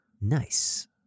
Nice